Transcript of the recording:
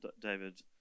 david